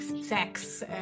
sex